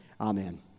Amen